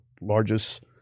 largest